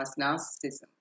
narcissism